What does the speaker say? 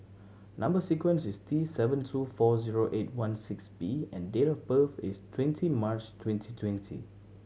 number sequence is T seven two four zero eight one six B and date of birth is twenty March twenty twenty